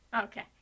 Okay